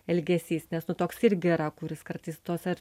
elgesys nes nu toks irgi yra kuris kartais tuos ar